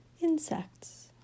insects